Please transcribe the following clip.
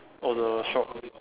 on the shop